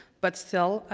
but still,